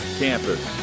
campus